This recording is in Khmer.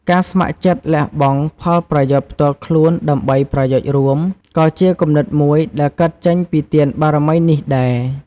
ការស្ម័គ្រចិត្តលះបង់ផលប្រយោជន៍ផ្ទាល់ខ្លួនដើម្បីប្រយោជន៍រួម ក៏ជាគំនិតមួយដែលកើតចេញពីទានបារមីនេះដែរ។